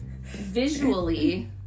Visually